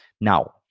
Now